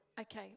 Okay